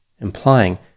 implying